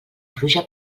pluja